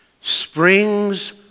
springs